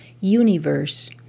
Universe